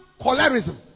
cholerism